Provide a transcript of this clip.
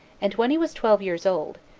and when he was twelve years old,